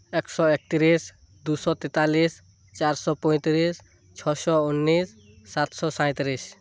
ᱮᱠᱥᱚ ᱮᱠᱛᱨᱤᱥ ᱫᱩᱥᱚ ᱛᱮᱛᱟᱞᱤᱥ ᱪᱟᱨᱥᱚ ᱯᱚᱸᱭᱛᱨᱤᱥ ᱪᱷᱚᱥᱚ ᱩᱱᱱᱤᱥ ᱥᱟᱛᱥᱚ ᱥᱟᱸᱭᱛᱨᱤᱥ